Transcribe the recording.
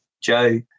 Joe